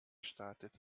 startet